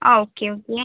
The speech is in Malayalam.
ആ ഓക്കെ ഓക്കെ